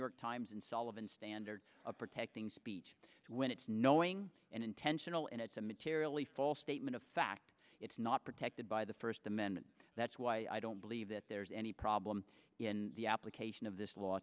york times and sullivan standard of protecting speech when it's knowing and intentional and it's a materially false statement of fact it's not protected by the first amendment that's why i don't believe that there's any problem in the application of this law